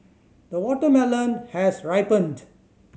the watermelon has ripened